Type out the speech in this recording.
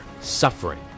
Suffering